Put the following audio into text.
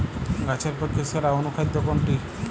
গাছের পক্ষে সেরা অনুখাদ্য কোনটি?